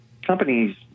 companies